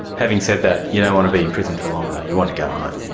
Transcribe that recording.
having said that, you don't want to be in prison for long though, you want to go home. yeah